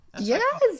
yes